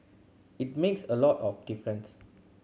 it makes a lot of difference